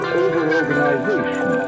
over-organization